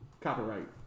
copyright